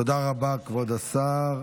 תודה רבה, כבוד השר.